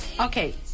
Okay